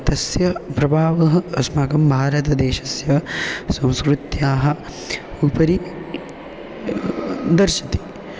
तस्य प्रभावः अस्माकं भारतदेशस्य संस्कृत्याः उपरि दर्शयति